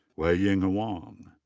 wenying huang.